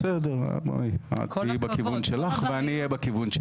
בסדר בואי את תהיי בכיוון שלך ואני אהיה בכיוון שלי.